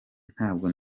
ntabwo